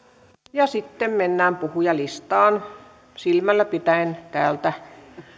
ja sitten mennään puhujalistaan silmällä pitäen täältä